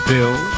Bill